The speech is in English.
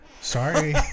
sorry